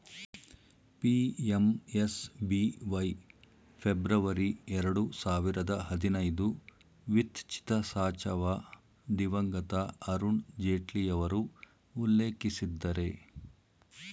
PMSBY February ಎರಡು ಸಾವಿರದ ಹದಿನೈದು ವಿತ್ಚಿತಸಾಚವ ದಿವಂಗತ ಅರುಣ್ ಜೇಟ್ಲಿಯವರು ಉಲ್ಲೇಖಿಸಿದ್ದರೆ